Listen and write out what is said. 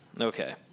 Okay